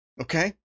Okay